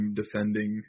defending